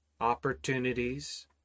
opportunities